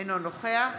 אינו נוכח